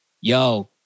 yo